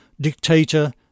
dictator